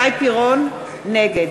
(קוראת בשמות חברי הכנסת) שי פירון, נגד